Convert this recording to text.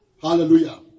Hallelujah